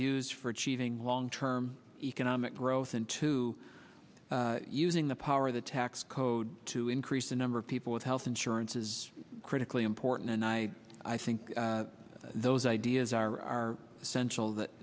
views for achieving long term economic growth and to using the power of the tax code to increase the number of people with health insurance is critically important and i i think those ideas are essential that